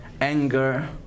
anger